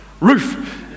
Roof